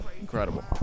Incredible